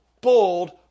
bold